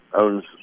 owns